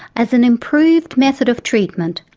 as an improved method of treatment,